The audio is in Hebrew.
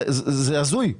זה הזוי.